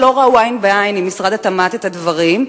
שלא ראו עין בעין עם משרד התמ"ת את הדברים,